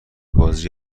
بازی